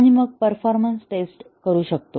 आणि मग performance test करू शकतो